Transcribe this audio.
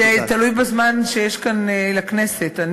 זה תלוי בזמן שיש כאן לכנסת.